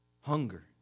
hunger